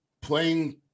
playing